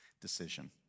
decision